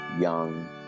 young